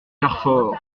carfor